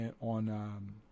on